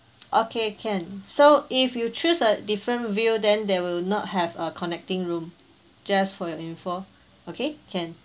okay can so if you choose a different view then there will not have a connecting room just for your info okay can